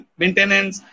maintenance